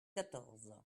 quatorze